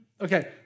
okay